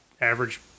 average